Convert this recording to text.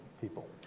people